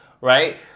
right